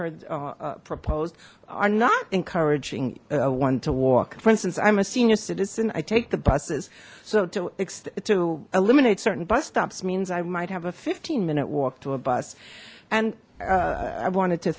heard proposed are not encouraging a one to walk for instance i'm a senior citizen i take the buses so to accept to eliminate certain bus stops means i might have a fifteen minute walk to a bus and i wanted to